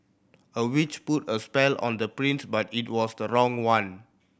a witch put a spell on the prince but it was the wrong one